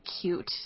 cute